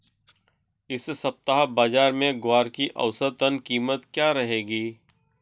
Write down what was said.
इस सप्ताह बाज़ार में ग्वार की औसतन कीमत क्या रहेगी?